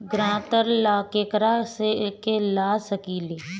ग्रांतर ला केकरा के ला सकी ले?